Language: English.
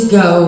go